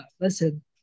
listen